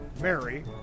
Mary